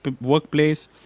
workplace